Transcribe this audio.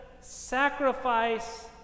sacrifice